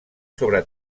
sobre